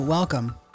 Welcome